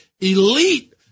elite